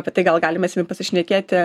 apie tai gal galime pasišnekėti